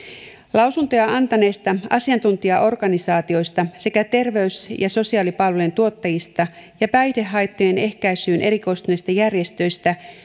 lausuntoja antaneista asiantuntijaorganisaatioista sekä terveys ja sosiaalipalvelujen tuottajista ja päihdehaittojen ehkäisyyn erikoistuneista järjestöistä